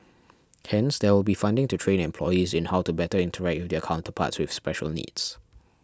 hence there will be funding to train employees in how to better interact with their counterparts with special needs